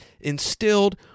instilled